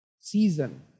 season